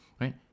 right